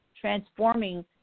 transforming